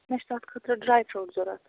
مےٚ چھِ تَتھ خٲطرٕ ڈرٛاے فرٛوٗٹ ضوٚرتھ